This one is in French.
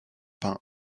peints